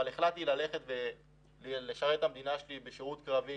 אבל החלטתי ללכת ולשרת את המדינה שלי בשירות קרבי